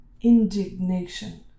indignation